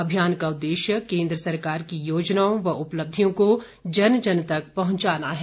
अभियान का उद्देश्य केंद्र सरकार की योजनाओं व उपलब्धियों को जन जन तक पहुंचाना है